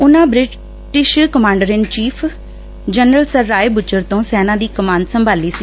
ਉਨੂੰ British commander in chief general sir Roy Bucher ਤੋ ਸੈਨਾ ਦੀ ਕਮਾਨ ਸੰਭਾਲੀ ਸੀ